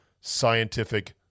scientific